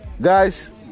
guys